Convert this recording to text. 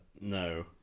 No